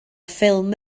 ffilm